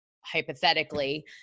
hypothetically